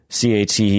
CAT